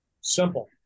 Simple